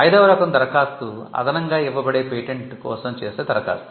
ఐదవ రకం దరఖాస్తు 'అదనంగా ఇవ్వబడే పేటెంట్' కోసం చేసే దరఖాస్తు